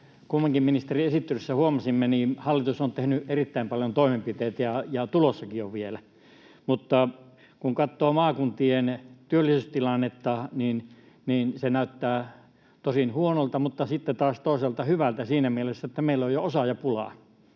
ministerin esittelyssä huomasimme, niin hallitus on tehnyt erittäin paljon toimenpiteitä ja tulossakin on vielä. Mutta kun katsoo maakuntien työllisyystilannetta, niin se tosin näyttää huonolta, mutta sitten taas toisaalta hyvältä siinä mielessä, että meillä on jo osaajapulaa.